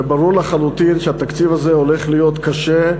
וברור לחלוטין שהתקציב הזה הולך להיות קשה,